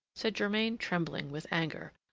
said germain, trembling with anger.